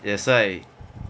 that's why